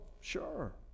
Sure